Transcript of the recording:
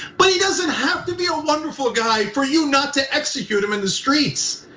but he doesn't have to be a wonderful guy for you not to execute him in the streets.